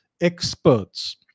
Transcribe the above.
experts